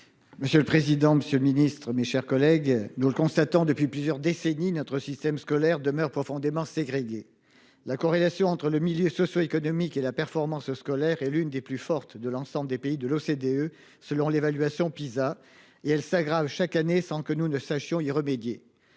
Monsieur le président, Monsieur le Ministre, mes chers collègues, nous le constatons depuis plusieurs décennies, notre système scolaire demeure profondément ségréguées. La corrélation entre le milieu socio-économique et la performance scolaire est l'une des plus fortes de l'ensemble des pays de l'OCDE, selon l'évaluation Pisa et elle s'aggrave chaque année sans que nous ne sachions y remédier.